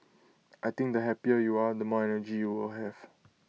I think the happier you are the more energy you will have